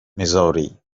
missouri